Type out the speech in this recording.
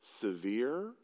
severe